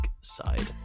side